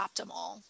optimal